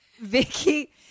vicky